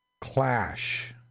clash